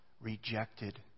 rejected